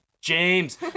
James